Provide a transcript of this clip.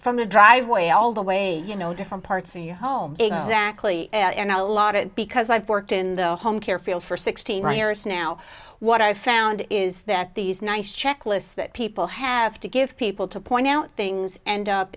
from the driveway all the way you know different parts of your home exactly a lot of it because i've worked in the home care field for sixteen years now what i found is that these nice checklists that people have to give people to point out things end up